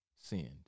Send